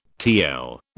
TL